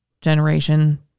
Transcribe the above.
generation